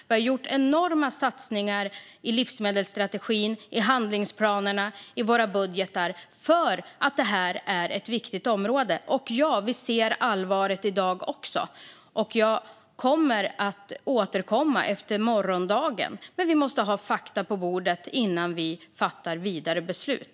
Vi har gjort enorma satsningar i livsmedelsstrategin, i handlingsplanerna och i våra budgetar för att detta är ett viktigt område. Ja, vi ser allvaret i dag också. Och jag kommer att återkomma efter morgondagen. Men vi måste ha fakta på bordet innan vi fattar vidare beslut.